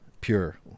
pure